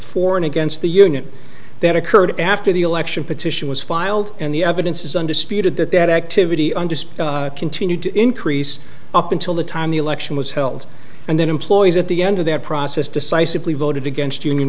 for and against the union that occurred after the election petition was filed and the evidence is undisputed that that activity under continuous to increase up until the time the election was held and then employees at the end of that process decisively voted against union